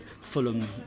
Fulham